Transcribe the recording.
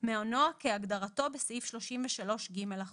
מעונוע כהגדרתו בסעיף 33(ג) לחוק.